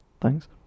Thanks